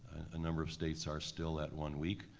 a number of states are still at one week,